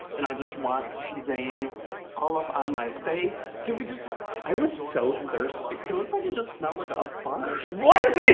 and i just want zayn all up on my face. can we just talk about. i was so thirsty. he looks like he just smelled like a fart. what is that?